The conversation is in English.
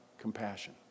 compassion